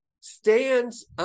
stands